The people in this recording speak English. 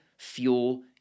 fuel